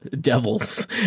devils